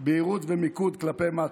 בהירות ומיקוד כלפי מטה.